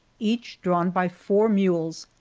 each drawn by four mules,